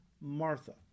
Martha